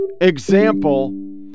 example